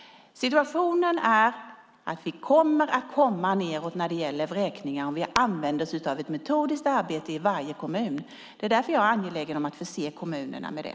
Situationen är den att vi kommer att få ned antalet vräkningar om vi i varje kommun använder oss av ett metodiskt arbete. Det är därför jag är angelägen om att förse kommunerna med det.